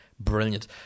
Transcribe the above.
Brilliant